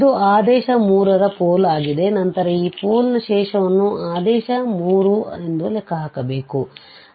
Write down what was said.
ಇದು ಆದೇಶ 3 ರ ಪೋಲ್ ಆಗಿದೆ ನಂತರ ಈ ಪೋಲ್ ನ ಶೇಷವನ್ನುಆದೇಶ 3 ಎಂದು ಲೆಕ್ಕ ಹಾಕಬೇಕು